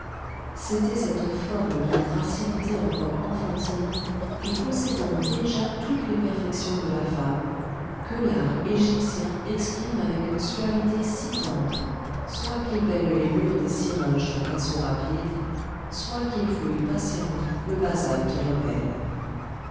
c'était cette forme d'une gracilité encore enfantine et possédant déjà toutes les perfections de la femme que l'art égyptien exprime avec une suavité si tendre soit qu'il peigne les murs des syringes d'un pinceau rapide soit qu'il fouille patiemment le basalte rebelle